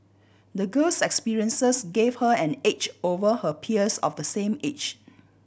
the girl's experiences gave her an edge over her peers of the same age